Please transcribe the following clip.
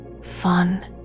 fun